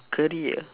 career